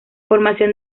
formación